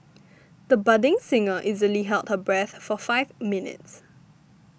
the budding singer easily held her breath for five minutes